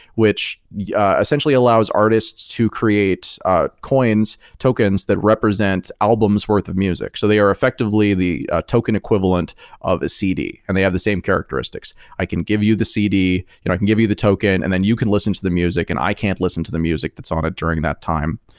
which yeah essentially allows artists to create coins, tokens that represent albums worth of music. so they are effectively the ah token equivalent of a cd and they have the same characteristics. i can give you the cd, you know i can give you the token and then you can listen to the music, and i can't listen to the music that's on it during that time,